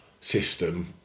system